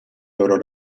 loro